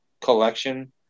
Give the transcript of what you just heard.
collection